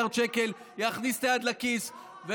אני רוצה להגיד לכם בצורה מאוד פשוטה.